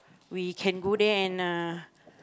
we can go there and uh